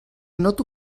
noto